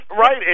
right